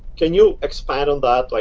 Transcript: can you expand on that? like